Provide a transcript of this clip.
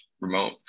remote